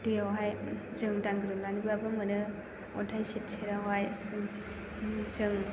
दैआवहाय जों दांग्रोमनानैबाबो मोनो अन्थाइृ सेरावहाय जों